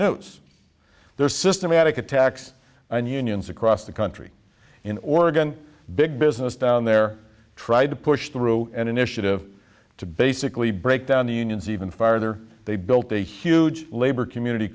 news there's systematic attacks and unions across the country in oregon big business down there tried to push through an initiative to basically break down the unions even farther they built a huge labor community